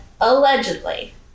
allegedly